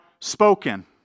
spoken